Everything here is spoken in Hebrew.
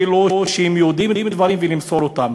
כאילו הם יודעים דברים, ולמסור אותם.